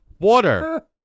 water